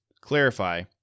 clarify